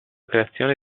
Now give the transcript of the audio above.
creazione